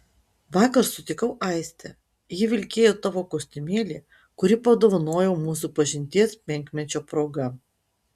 vakar sutikau aistę ji vilkėjo tavo kostiumėlį kurį padovanojau mūsų pažinties penkmečio proga